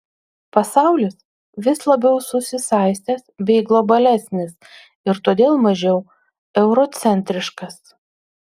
pasaulis vis labiau susisaistęs bei globalesnis ir todėl mažiau eurocentriškas